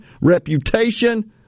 reputation